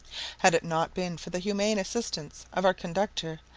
had it not been for the humane assistance of our conductor,